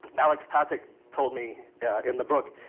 aleks totic told me in the book,